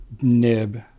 nib